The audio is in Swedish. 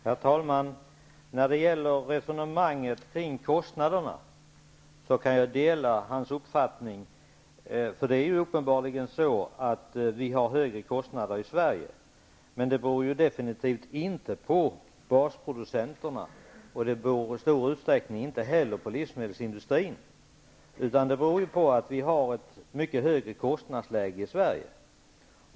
Herr talman! När det gäller resonemanget kring kostnaderna kan jag dela Lithells uppfattning. Det är uppenbarligen så att vi har högre kostnader i Sverige. Men det beror definitivt inte på basproducenterna, och i stor utsträckning beror det inte heller på livsmedelsindustrin, utan det beror på att vi har ett mycket högre kostnadsläge i Sverige.